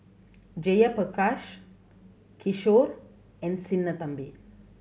Jayaprakash Kishore and Sinnathamby